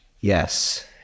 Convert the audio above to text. Yes